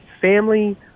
family